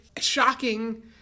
shocking